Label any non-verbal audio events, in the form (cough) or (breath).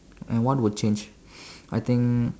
and what would change (breath) I think